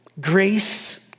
grace